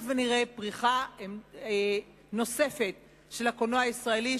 ונראה פריחה נוספת של הקולנוע הישראלי,